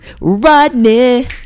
Rodney